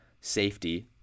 safety